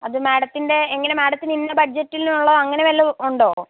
അത് മേഡത്തിൻ്റെ എങ്ങനെയാണ് മേഡത്തിന് ഇന്ന ബഡ്ജറ്റിനുള്ള അങ്ങനെ വല്ലതും ഉണ്ടോ